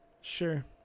Sure